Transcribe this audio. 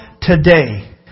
today